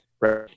Right